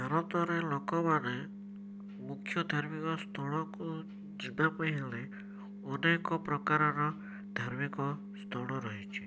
ଭାରତରେ ଲୋକମାନେ ମୁଖ୍ୟ ଧାର୍ମିକ ସ୍ଥଳକୁ ଯିବାପାଇଁ ହେଲେ ଅନେକ ପ୍ରକାରର ଧାର୍ମିକ ସ୍ଥଳ ରହିଛି